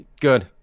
good